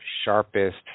sharpest